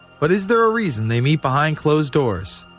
but is there a reason they meet behind closed doors?